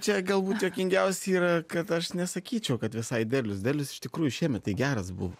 čia galbūt juokingiausia yra kad aš nesakyčiau kad visai derlius derlius iš tikrųjų šiemet tai geras buvo